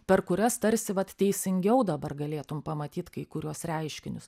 per kurias tarsi vat teisingiau dabar galėtum pamatyt kai kuriuos reiškinius